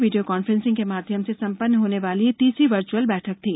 video conferencing के माध्यम से सम्पन्न होने वाली यह तीसरी वर्चुअल बैठक थी